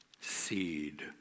Seed